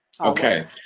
Okay